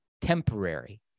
temporary